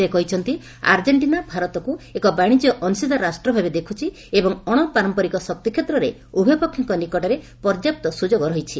ସେ କହିଛନ୍ତି ଆର୍ଜେଣ୍ଟିନା ଭାରତକୁ ଏକ ବାଣିଜ୍ୟ ଅଂଶୀଦାର ରାଷ୍ଟ୍ରଭାବେ ଦେଖୁଛି ଏବଂ ଅଣ ପାରମ୍ପାରିକ ଶକ୍ତି କ୍ଷେତ୍ରରେ ଉଭୟ ପକ୍ଷଙ୍କ ନିକଟରେ ପର୍ଯ୍ୟାପ୍ତ ସ୍ୱଯୋଗ ରହିଛି